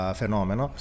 fenomeno